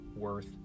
worth